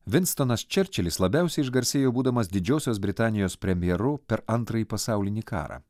vinstonas čerčilis labiausiai išgarsėjo būdamas didžiosios britanijos premjeru per antrąjį pasaulinį karą